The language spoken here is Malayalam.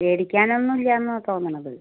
പേടിക്കാനൊന്നും ഇല്ല്യാന്നാ തോന്നണത്